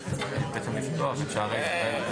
הביא אוכל לתינוקות ששהו שם.